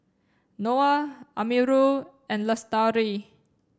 Noah Amirul and Lestari